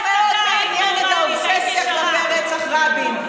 מאוד מאוד מעניינת האובססיה לרצח רבין.